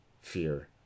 fear